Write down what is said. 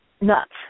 nuts